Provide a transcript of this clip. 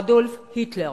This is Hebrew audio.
אדולף היטלר.